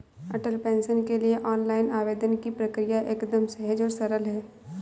अटल pension के लिए online आवेदन की प्रक्रिया एकदम सहज और सरल है